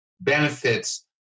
benefits